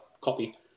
copy